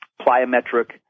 plyometric